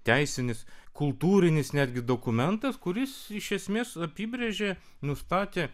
teisinis kultūrinis netgi dokumentas kuris iš esmės apibrėžė nustatė